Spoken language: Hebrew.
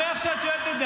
מה זה מפריע לכם?